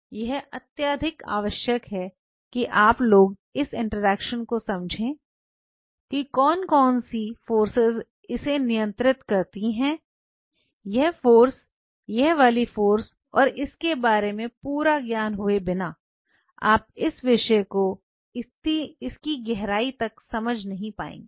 यह अत्यधिक आवश्यक है कि आप लोग इस इंटरेक्शन को समझे कि कौन कौन सी फोर्सेज इसे नियंत्रित करती हैं यह फोर्स यह वाली फोर्स और इसके बारे में पूरा ज्ञान हुए बिना आप इस विषय को इसकी गहराई तक समझ नहीं पाएंगे